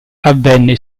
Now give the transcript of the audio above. avvenne